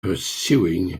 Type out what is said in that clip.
pursuing